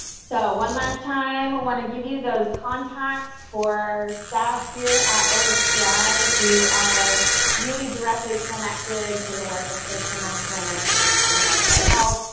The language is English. so one last time, i want to give you those contacts for staff here at ospi who are really directly connected to the work of social emotional learning and mental health.